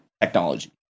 technology